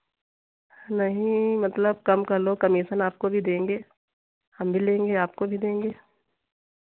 नहीं मतलब कम कर लो कमीशन आपको भी देंगे हम भी लेंगे आपको भी देंगे